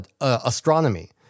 astronomy